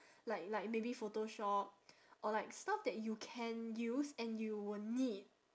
like like maybe photoshop or like stuff that you can use and you will need